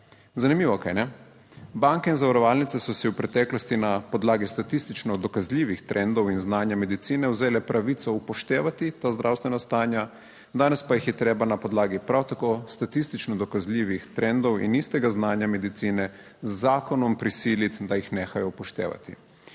Zanimivo, kajne? Banke in zavarovalnice so si v preteklosti na podlagi statistično dokazljivih trendov in znanja medicine, vzele pravico upoštevati ta zdravstvena stanja, danes pa jih je treba na podlagi prav tako statistično dokazljivih trendov in istega znanja medicine, z zakonom prisiliti, da jih nehajo upoštevati,